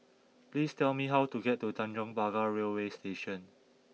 please tell me how to get to Tanjong Pagar Railway Station